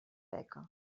beca